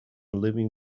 living